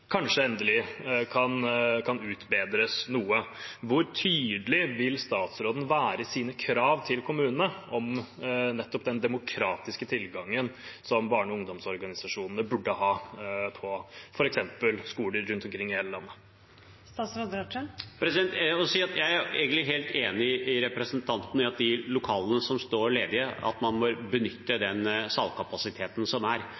kanskje endelig kan utbedres noe? Hvor tydelig vil statsråden være i sine krav til kommunene om nettopp den demokratiske tilgangen som barne- og ungdomsorganisasjonene burde ha på f.eks. skoler rundt omkring i hele landet? Jeg må si at jeg egentlig er helt enig med representanten når det gjelder de lokalene som står ledige, og at man bør benytte den salkapasiteten som er.